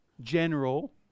general